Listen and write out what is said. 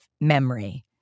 memory